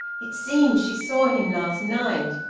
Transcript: it seems she saw him last night.